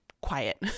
quiet